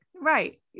Right